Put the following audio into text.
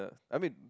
I mean